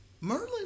Merlin